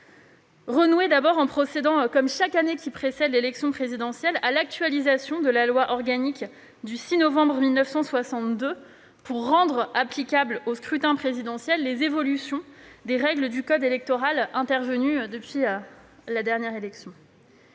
le texte procède, comme chaque année qui précède l'élection présidentielle, à l'actualisation de la loi organique du 6 novembre 1962, afin de rendre applicables au scrutin présidentiel les évolutions des règles du code électoral, intervenues depuis la dernière élection.